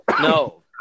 No